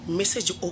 message